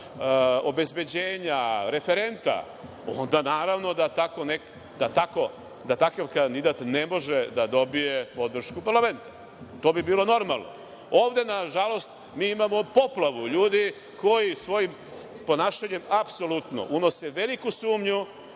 obezbeđenja, referenta, onda naravno da takav kandidat ne može da dobije podršku parlamenta. To bi bilo normalno. Ovde nažalost, mi imamo poplavu ljudi koji svojim ponašanjem apsolutno unose veliku sumnju